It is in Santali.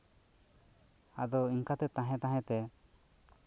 ᱟᱫᱚ ᱚᱱᱠᱟ ᱛᱮ ᱛᱟᱦᱮᱸ ᱛᱟᱦᱮᱸ ᱛᱮ